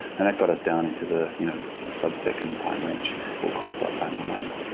and that got us down into the you know sub-second time range for cold start times on amber